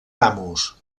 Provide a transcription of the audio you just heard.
amos